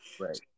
Right